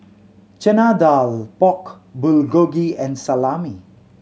Chana Dal Pork Bulgogi and Salami